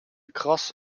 kras